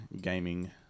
gaming